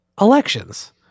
elections